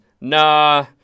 nah